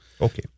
okay